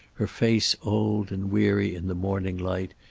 her face old and weary in the morning light,